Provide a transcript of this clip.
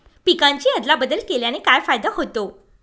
पिकांची अदला बदल केल्याने काय फायदा होतो?